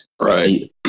Right